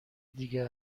دیگه